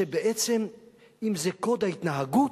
שבעצם אם זה קוד ההתנהגות,